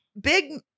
big